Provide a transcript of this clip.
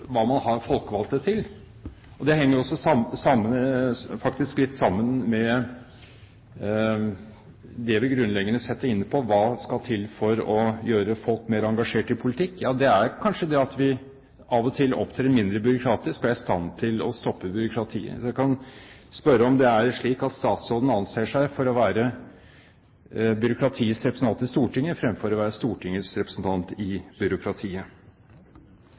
Hva har man folkevalgte til? Det henger jo også litt sammen med det vi grunnleggende sett er inne på: Hva skal til for å gjøre folk mer engasjert i politikk? Jo, det er kanskje at vi av og til opptrer mindre byråkratisk og er i stand å stoppe byråkratiet. Jeg vil spørre om det er slik at statsråden anser seg for å være byråkratiets representant i Stortinget, fremfor å være Stortingets representant i byråkratiet.